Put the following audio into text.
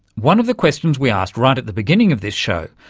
one of the questions we asked right at the beginning of this show,